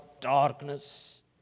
darkness